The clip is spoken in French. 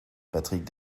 patrick